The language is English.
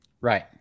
Right